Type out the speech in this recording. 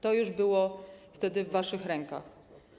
To już było wtedy w waszych rękach.